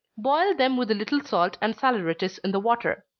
boil them with a little salt and saleratus in the water.